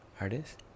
artists